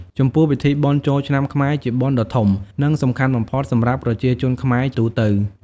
ចំពោះពិធីបុណ្យចូលឆ្នាំខ្មែរជាបុណ្យដ៏ធំ និងសំខាន់បំផុតសម្រាប់ប្រជាជនខ្មែរទូទៅ។